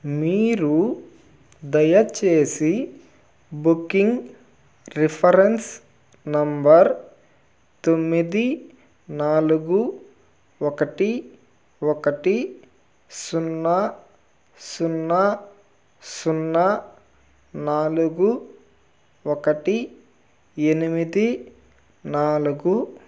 మీరు దయచేసి booking reference number తొమ్మిది నాలుగు ఒకటి ఒకటి సున్నా సున్నా సున్నా నాలుగు ఒకటి ఎనిమిది నాలుగు